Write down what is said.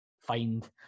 find